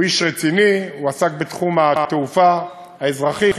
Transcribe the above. הוא איש רציני, הוא עסק בתחום התעופה האזרחית,